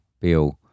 Bill